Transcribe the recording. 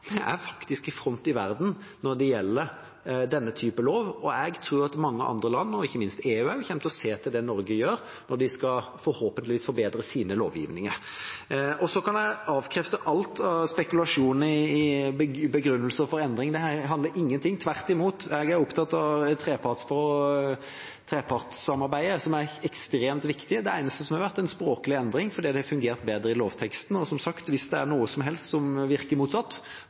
er faktisk i front i verden når det gjelder denne typen lov. Jeg tror at mange andre land, og ikke minst også EU, kommer til å se til det Norge gjør, når de forhåpentligvis skal forbedre sin lovgivning. Så kan jeg avkrefte alt av spekulasjoner om begrunnelser for endring. Vi er opptatt av trepartssamarbeidet, som er ekstremt viktig. Det eneste som har vært, er en språklig endring, fordi det har fungert bedre i lovteksten. Som sagt: Hvis det er noe som helst som virker motsatt,